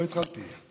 לא התחלתי.